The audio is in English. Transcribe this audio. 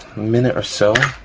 minute or so,